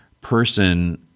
person